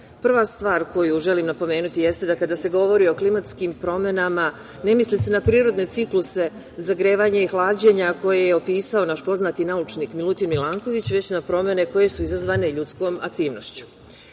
stvar koju želim napomenuti jeste da kada se govori o klimatskim promenama ne misli se na prirodne cikluse zagrevanja i hlađenja koje je opisao naš poznati naučnik Milutin Milanković, već na promene koje su izazvane ljudskom aktivnošću.